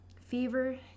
fever